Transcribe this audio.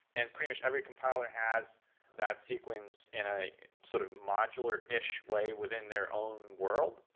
and pretty much, every compiler has that sequence in a sort of modular-ish way within their own world,